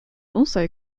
also